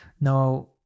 Now